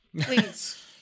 Please